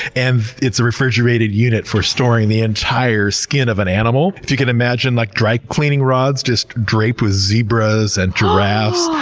and it's a refrigerated unit for storing the entire skin of an animal. if you can imagine, like, dry cleaning rods just draped with zebras and giraffes,